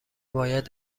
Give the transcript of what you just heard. باید